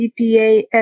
CPA